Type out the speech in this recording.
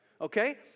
okay